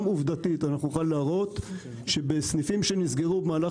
גם עובדתית נוכל להראות שבסניפים שנסגרו במהלך